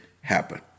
happen